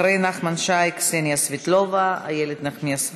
אחרי נחמן שי, קסניה סבטלובה, איילת נחמיאס ורבין,